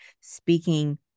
Speaking